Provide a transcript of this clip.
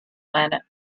planet